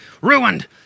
Ruined